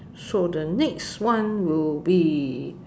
so the next one will be